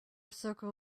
circle